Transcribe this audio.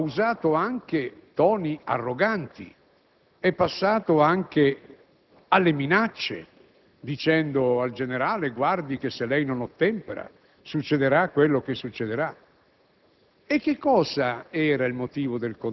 ad un certo punto, ha usato toni arroganti, è passato anche alle minacce, dicendo al generale: «Guardi che se lei non ottempererà, succederà quello che succederà».